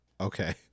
Okay